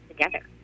together